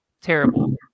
terrible